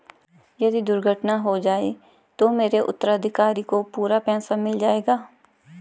यदि दुर्घटना हो जाये तो मेरे उत्तराधिकारी को पूरा पैसा मिल जाएगा?